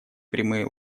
прямые